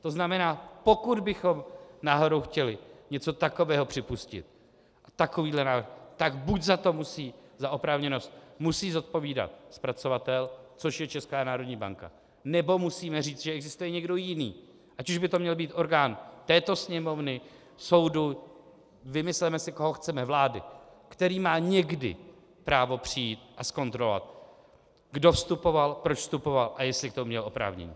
To znamená, pokud bychom náhodou chtěli něco takového připustit, takovýto návrh, tak buď za to musí, za oprávněnost, zodpovídat zpracovatel, což je Česká národní banka, nebo musíme říct, že existuje někdo jiný, ať už by to měl být orgán této Sněmovny, soudu, vymysleme si, koho chceme, vlády, který má někdy právo přijít a zkontrolovat, kdo vstupoval, proč vstupoval a jestli k tomu měl oprávnění.